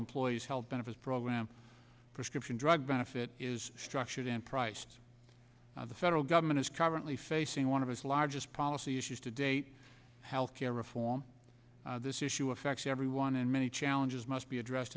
employees health benefits program prescription drug benefit is structured and priced the federal government is commonly facing one of the largest policy issues to date healthcare reform this issue affects everyone and many challenges must be addressed